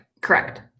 Correct